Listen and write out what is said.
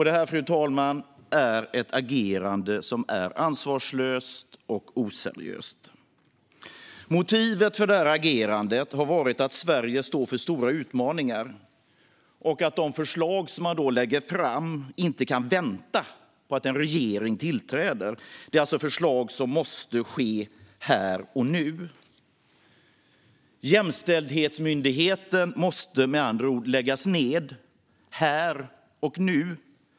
Detta, fru talman, är ett agerande som är ansvarslöst och oseriöst. Motivet för det här agerandet har varit att Sverige står inför stora utmaningar och att de förslag som man lägger fram inte kan vänta på att en regering tillträder. Förslagen gäller alltså sådant som måste ske här och nu. Jämställdhetsmyndigheten måste med andra ord läggas ned här och nu.